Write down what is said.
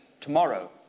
tomorrow